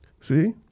See